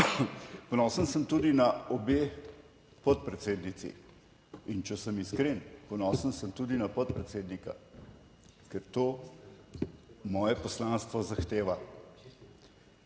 Ponosen sem tudi na obe podpredsednici, in če sem iskren, ponosen sem tudi na podpredsednika, ker to moje poslanstvo zahteva.